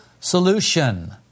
solution